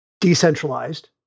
Decentralized